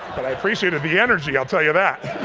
but i appreciated the energy, i'll tell ya that.